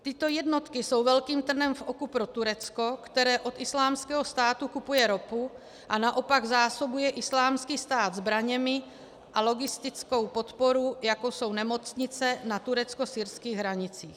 Tyto jednotky jsou velkým trnem v oku pro Turecko, které od Islámského státu kupuje ropu a naopak zásobuje Islámský stát zbraněmi a logistickou podporou, jako jsou nemocnice na tureckosyrských hranicích.